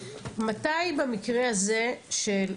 מתי במקרה הזה של מויישי,